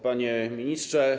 Panie Ministrze!